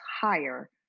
higher